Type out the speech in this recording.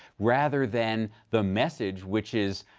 rather than the message, which is,